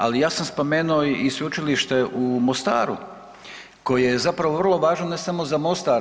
Ali ja sam spomenuo i Sveučilište u Mostaru koje je zapravo vrlo važno ne samo za Mostar.